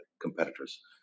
competitors